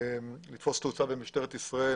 לתפוס תאוצה במשטרת ישראל.